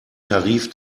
tarif